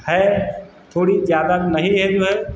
है थोड़ी ज़्यादा नहीं है